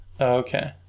Okay